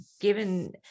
given